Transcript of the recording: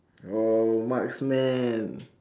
!whoa! marksman